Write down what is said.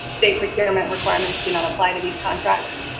state procurement requirements do not apply to these contracts.